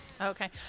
okay